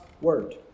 Word